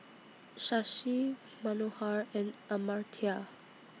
Shashi Manohar and Amartya